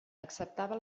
acceptava